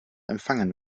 empfangen